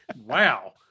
Wow